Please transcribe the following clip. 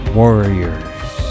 warriors